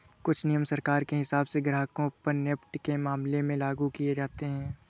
कुछ नियम सरकार के हिसाब से ग्राहकों पर नेफ्ट के मामले में लागू किये जाते हैं